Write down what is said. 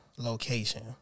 Location